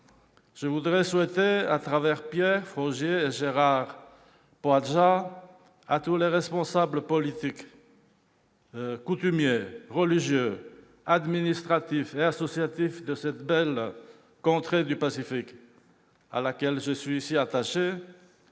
terre d'accueil. À travers Pierre Frogier et Gérard Poadja, je souhaite à tous les responsables politiques, coutumiers, religieux, administratifs et associatifs de cette belle contrée du Pacifique, à laquelle je suis si attaché,